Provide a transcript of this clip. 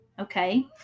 Okay